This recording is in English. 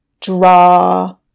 draw